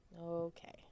Okay